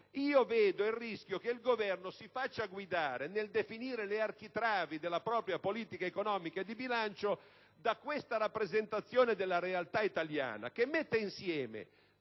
io vedo il rischio che il Governo si faccia guidare - nel definire le architravi della propria politica economica e di bilancio - da questa rappresentazione della realtà italiana, che mette insieme